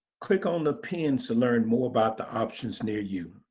click on the pins to learn more about the options near you.